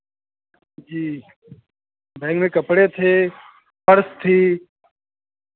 जी bag में कपड़े थे पर्स थी